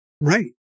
Right